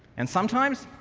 and, sometimes,